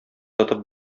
тотып